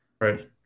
Right